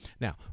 Now